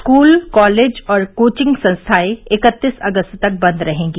school college और coaching संस्थाएं इकत्तीस अगस्त तक बंद रहेंगी